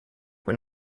when